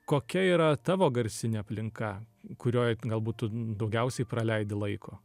kokia yra tavo garsinė aplinka kurioj galbūt tu daugiausiai praleidi laiko